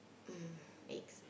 mm eggs